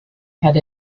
had